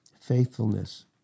Faithfulness